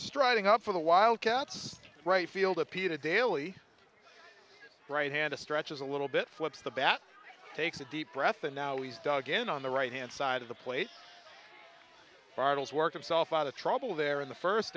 striding up for the wildcats right fielder peeta daly right hand a stretch is a little bit flips the bat takes a deep breath and now he's dug in on the right hand side of the plate bartels work himself out of trouble there in the first